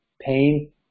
pain